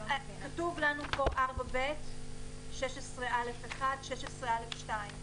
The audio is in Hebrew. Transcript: כתוב לנו פה 16(א1) ו-16(א2),